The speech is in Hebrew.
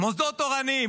מוסדות תורניים.